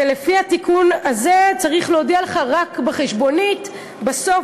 ולפי התיקון הזה צריך להודיע לך רק בחשבונית בסוף,